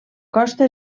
costa